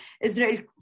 Israel